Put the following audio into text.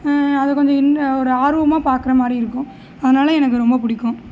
அதை கொஞ்சம் இன்னு ஒரு ஆர்வமாக பார்க்கற மாதிரி இருக்கும் அதனால் எனக்கு ரொம்பப் பிடிக்கும்